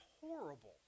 horrible